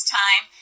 time